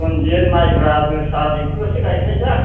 रनजित माइब्रा जोसा बेखौल'सो गायखायोदा